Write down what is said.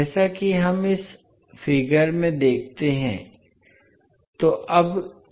जैसा कि हम इस आंकड़े में देखते हैं